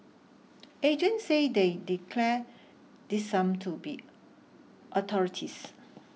agents say they declare this sum to be authorities